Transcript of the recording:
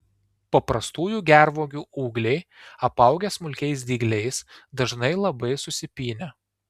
paprastųjų gervuogių ūgliai apaugę smulkiais dygliais dažnai labai susipynę